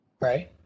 Right